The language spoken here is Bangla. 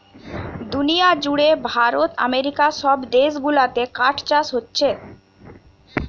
দুনিয়া জুড়ে ভারত আমেরিকা সব দেশ গুলাতে কাঠ চাষ হোচ্ছে